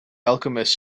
alchemist